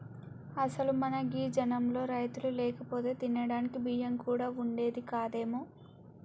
అసలు మన గీ జనంలో రైతులు లేకపోతే తినడానికి బియ్యం కూడా వుండేది కాదేమో